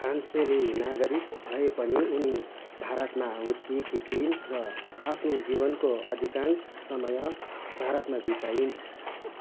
फ्रान्सेली नागरिक भएपनि उनी भारतमा हुर्किएकी थिइन् र आफ्नो जीवनको अधिकांश समय भारतमा बिताइन्